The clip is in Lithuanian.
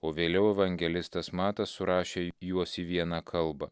o vėliau evangelistas matas surašė juos į vieną kalbą